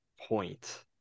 point